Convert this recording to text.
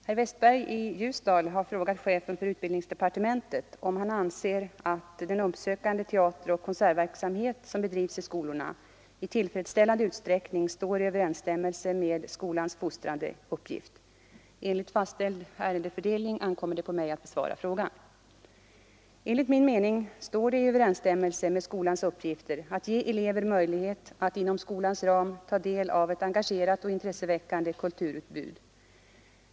Herr talman! Herr Westberg i Ljusdal har frågat chefen för utbildningsdepartementet om han anser att den uppsökande teateroch konsertverksamhet som bedrivs i skolorna i tillfredsställande utsträckning står i överensstämmelse med skolans fostrande uppgift. Enligt fastställd ärendefördelning ankommer det på mig att besvara frågan. Enligt min mening står det i överensstämmelse med skolans uppgifter att ge eleverna möjligheter att inom skolans ram ta del av ett engagerat och intresseväckande kulturutbud.